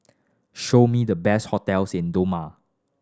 show me the best hotels in Doma